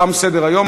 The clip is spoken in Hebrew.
תם סדר-היום.